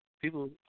People